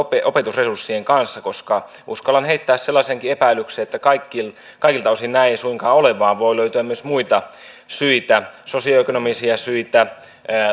opetusresurssien kanssa koska uskallan heittää sellaisenkin epäilyksen että kaikilta osin näin ei suinkaan ole vaan voi löytyä myös muita syitä sosioekonomisia syitä